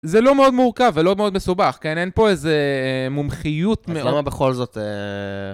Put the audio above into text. זה לא מאוד מורכב ולא מאוד מסובך, כן? אין פה איזה מומחיות מאוד... אז למה בכל זאת...